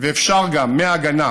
ואפשר גם מההגנה,